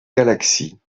galaxie